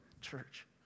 church